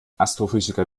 astrophysiker